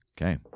Okay